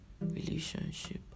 relationship